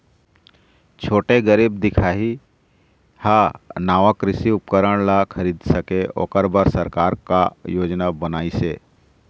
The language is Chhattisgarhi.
छोटे गरीब दिखाही हा नावा कृषि उपकरण ला खरीद सके ओकर बर सरकार का योजना बनाइसे?